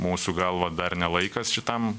mūsų galva dar ne laikas šitam